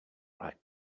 right